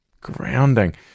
Grounding